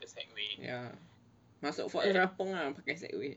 ya macam for us rampung ah pakai segway